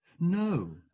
No